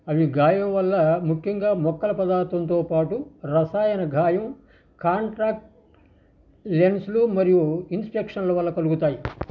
అవి గాయం వల్ల ముఖ్యంగా మొక్కల పదార్థంతో పాటు రసాయన గాయం కాంట్రాక్ట్ లెన్స్లు మరియు ఇన్స్ఫెక్షన్ల వల్ల కలుగుతాయి